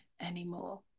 anymore